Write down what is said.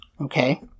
okay